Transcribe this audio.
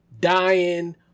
dying